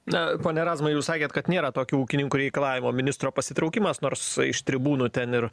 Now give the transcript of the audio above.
na pone razma jūs sakėt kad nėra tokių ūkininkų reikalavimų ministro pasitraukimas nors iš tribūnų ten ir